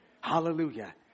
Hallelujah